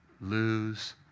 lose